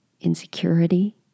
insecurity